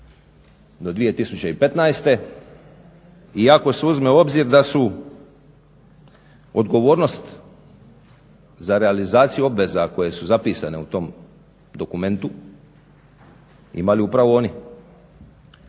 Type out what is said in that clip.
do 2015. i ako se uzme u obzir da su odgovornost za realizaciju obveza koje su zapisane u tom dokumentu imali upravo oni.